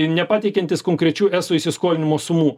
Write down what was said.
nepateikiantis konkrečių eso įsiskolinimo sumų